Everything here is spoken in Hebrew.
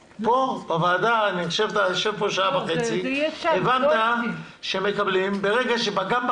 פה בוועדה כבר הבנת שמדברים רק ברשות דיבור.